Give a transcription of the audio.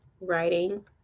writing